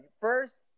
first